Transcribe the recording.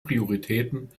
prioritäten